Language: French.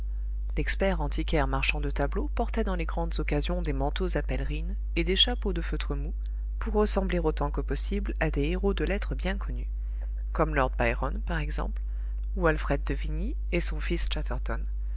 l'expert antiquaire marchand de tableaux portait dans les grandes occasions des manteaux à pèlerine et des chapeaux de feutre mou pour ressembler autant que possible à des héros de lettres bien connus comme lord byron par exemple ou alfred de vigny et son fils